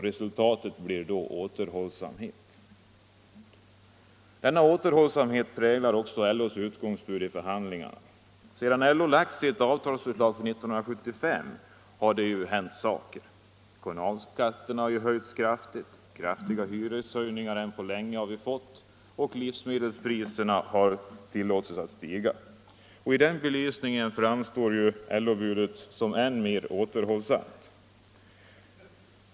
Resultatet blir då åter Denna återhållsamhet präglar också LO:s utgångsbud i förhandlingarna. Sedan LO lagt sitt avtalsförslag för 1975 har det hänt saker. Kommunalskatterna har höjts kraftigt, kraftigare hyreshöjningar än på länge har vi fått och livsmedelspriserna har tillåtits att stiga. I den belysningen framstår LO-budet som än mer återhållsamt.